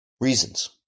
reasons